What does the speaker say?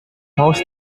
most